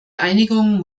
einigung